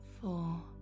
four